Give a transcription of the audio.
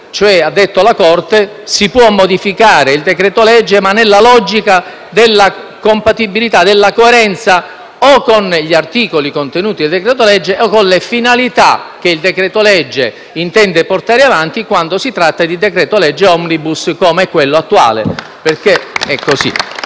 il decreto-legge si può modificare, ma nella logica della compatibilità e della coerenza o con gli articoli contenuti nel decreto-legge o con le finalità che lo stesso intende portare avanti quando si tratta di decreto-legge *omnibus* come quello attuale, perché è così.